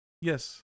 Yes